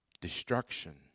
Destruction